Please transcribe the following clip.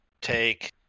Take